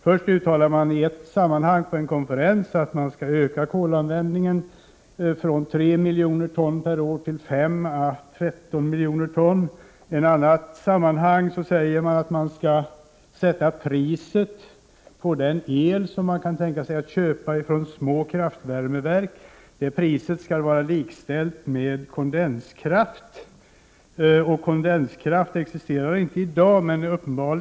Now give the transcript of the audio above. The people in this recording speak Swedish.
Först uttalar man i ett sammanhang på en konferens att man skall öka kolanvändningen från 3 miljoner ton till 5 å 13 miljoner ton. I ett annat sammanhang säger man att man skall sätta priset på den el som man kan tänka sig att köpa från små kraftvärmeverk så att det är likställt med priset på kondenskraft. Kondenskraft existerar inte i Sverige i dag.